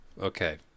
Okay